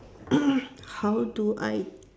how do I